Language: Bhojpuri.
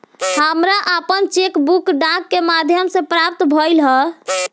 हमरा आपन चेक बुक डाक के माध्यम से प्राप्त भइल ह